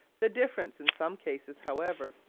the difference in some cases, however,